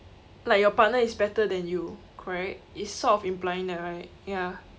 like your partner is better than you correct it's sort of implying that right ya